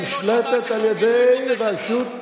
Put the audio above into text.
הנשלטת על-ידי הרשות,